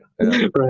Right